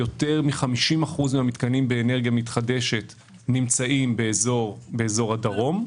יותר מ-50% מן המתקנים באנרגיה מתחדשת נמצאים באזור הדרום.